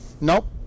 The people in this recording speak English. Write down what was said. Nope